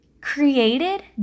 created